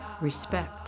respect